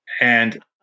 And-